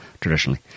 traditionally